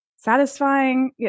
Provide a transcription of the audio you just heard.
satisfying